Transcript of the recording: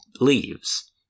leaves